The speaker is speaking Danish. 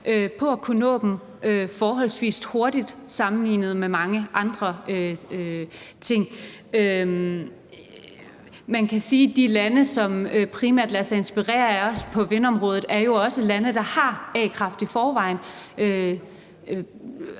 for at kunne nå dem forholdsvis hurtigt sammenlignet med mange andre ting. Man kan sige, at de lande, som primært lader sig inspirere af os på vindområdet, også er lande, der har a-kraft i forvejen,